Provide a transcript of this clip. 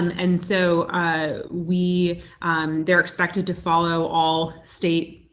and so we they're expected to follow all state,